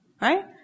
right